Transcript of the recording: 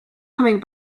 coming